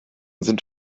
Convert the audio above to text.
sind